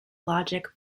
logic